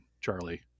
Charlie